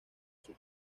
sue